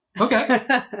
Okay